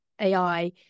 AI